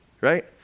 right